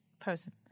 person